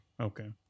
okay